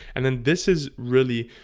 and then this is really